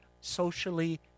socially